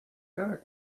garden